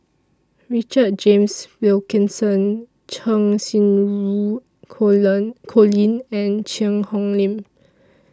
Richard James Wilkinson Cheng Xinru Colin and Cheang Hong Lim